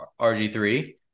RG3